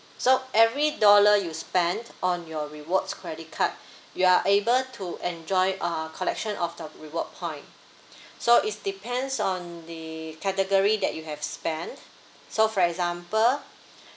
so every dollar you spent on your rewards credit card you are able to enjoy uh collection of the reward point so it depends on the category that you have spent so for example